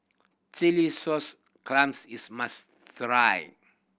chilli sauce clams is must try